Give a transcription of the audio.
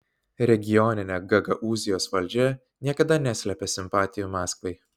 regioninė gagaūzijos valdžia niekada neslėpė simpatijų maskvai